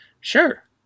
sure